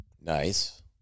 Nice